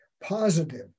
positive